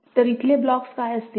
तर इथले ब्लॉक्स काय असतील